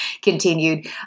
continued